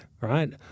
right